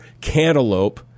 cantaloupe